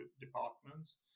departments